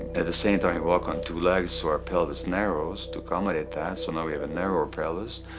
at the same time we walk on two legs, so our pelvis narrows to accommodate that. so now we have a narrower pelvis,